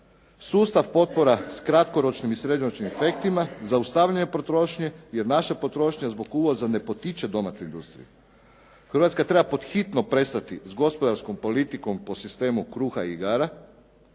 sustav potpora s kratkoročnim i sredovječnim efektima, zaustavljanje potrošnje jer naša potrošnja zbog uvoza ne potiče domaću industriju. Hrvatska treba pod hitno prestati s gospodarskom politikom po sistemu kruha i igara